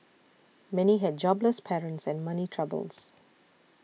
many had jobless parents and money troubles